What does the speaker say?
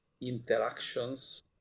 interactions